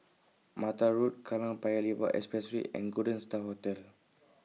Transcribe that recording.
Mattar Road Kallang Paya Lebar Expressway and Golden STAR Hotel